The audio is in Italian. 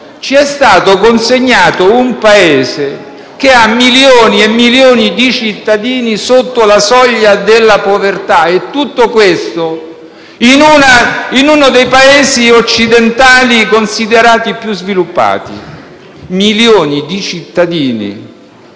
Ci è stato consegnato un Paese in cui ci sono milioni e milioni di cittadini sotto la soglia della povertà e tutto questo in uno dei Paesi occidentali considerati più sviluppati. Parliamo di milioni